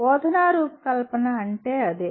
బోధనా రూపకల్పన అంటే అదే